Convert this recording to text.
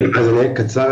אז אני אהיה קצר,